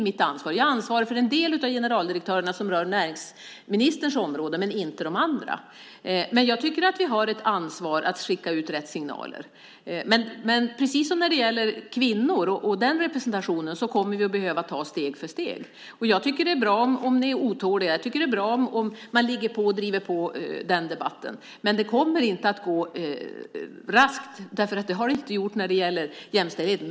Jag är ansvarig för en del av generaldirektörerna, för dem som rör näringsministerns område, men inte de andra. Men jag tycker att vi har ett ansvar att skicka ut rätt signaler. Precis som när det gäller kvinnor och den representationen kommer vi att behöva ta steg för steg. Jag tycker att det är bra om ni är otåliga. Det är bra om man driver på den debatten. Men det kommer inte att gå raskt, därför att det har det inte gjort när det gäller jämställdheten.